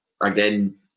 again